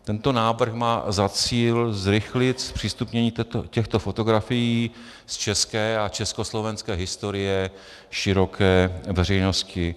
Tento návrh má za cíl zrychlit zpřístupnění těchto fotografií z české a československé historie široké veřejnosti.